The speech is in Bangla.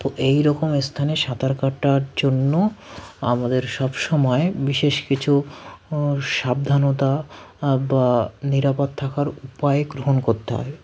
তো এই রকম স্থানে সাঁতার কাটার জন্য আমাদের সব সময় বিশেষ কিছু সাবধানতা বা নিরাপদ থাকার উপায় গ্রহণ করতে হয়